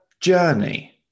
journey